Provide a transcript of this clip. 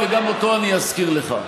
אני אגיד לך עוד דבר, וגם אותו אני אזכיר לך.